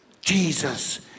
Jesus